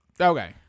Okay